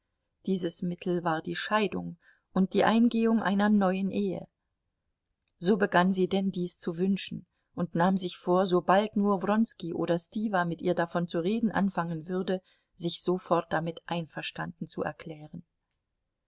dieses mittel war die scheidung und die eingehung einer neuen ehe so begann sie denn dies zu wünschen und nahm sich vor sobald nur wronski oder stiwa mit ihr davon zu reden anfangen würde sich sofort damit einverstanden zu erklären